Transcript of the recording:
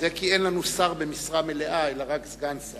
זה כי אין לנו שר במשרה מלאה אלא רק סגן שר.